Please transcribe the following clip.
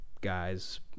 guy's